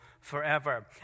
forever